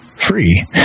Free